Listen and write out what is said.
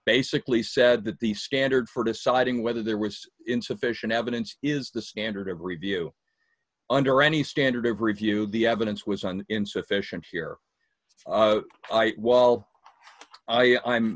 basically said that the standard for deciding whether there was insufficient evidence is the standard of review under any standard of review the evidence was on insufficient